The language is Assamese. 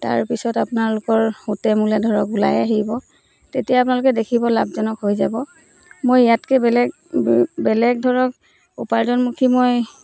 তাৰ পিছত আপোনালোকৰ সুতে মোলে ধৰক ওলাই আহিব তেতিয়া আপোনালোকে দেখিব লাভজনক হৈ যাব মই ইয়াতকৈ বেলেগ বেলেগ ধৰক উপাৰ্জনমুখী মই